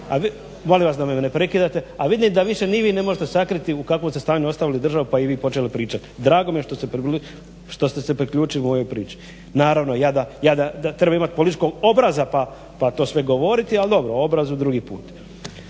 a molim vas da me ne prekidate, a vidim da ni vi više ne možete sakriti u kakvom ste stanju ostavili državi pa i vi počeli pričat. Drago mi je što ste se priključili ovoj priči. Naravno ja da, treba biti političkog obraza pa to sve govoriti ali dobro o obrazu drugi put.